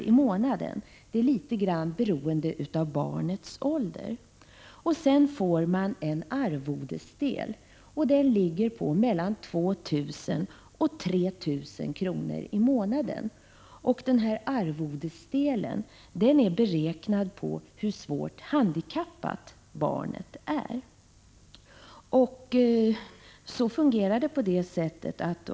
i månaden, litet grand beroende av barnets ålder. Arvodesdelen ligger på mellan 2 000 och 3 000 kr. i månaden. Arvodesdelen är beräknad på hur svårt handikappat barnet är.